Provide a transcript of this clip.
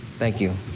thank you.